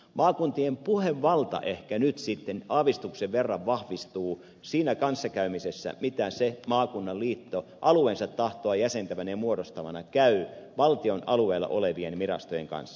maakuntien puhevalta ehkä nyt sitten aavistuksen verran vahvistuu siinä kanssakäymisessä jota sillä maakunnan liitolla alueensa tahtoa jäsentävänä ja muodostavana on valtion alueella olevien virastojen kanssa